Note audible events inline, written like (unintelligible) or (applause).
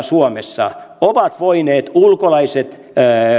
(unintelligible) suomessa ovat voineet ulkolaiset